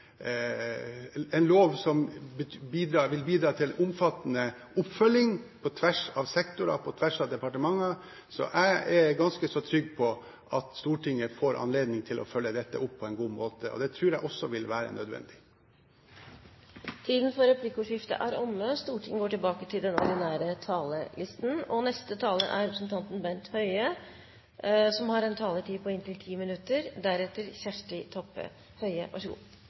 en lov som vil bidra til en omfattende oppfølging på tvers av sektorer, på tvers av departementer. Jeg er ganske trygg på at Stortinget får anledning til å følge dette opp på en god måte. Det tror jeg også vil være nødvendig. Replikkordskiftet er omme. De sakene vi har til behandling i dag, er en videre oppfølging av den stortingsmeldingen som Stortinget behandlet i fjor vår. Jeg vil først benytte anledningen til å takke saksordførerne for sakene for en utmerket jobb og for et godt samarbeid i komiteen, som har